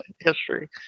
history